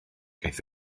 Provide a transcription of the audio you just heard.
gaeth